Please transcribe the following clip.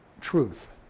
truth